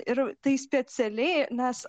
ir tai specialiai nes